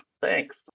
Thanks